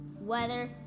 weather